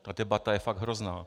Ta debata je fakt hrozná!